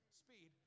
speed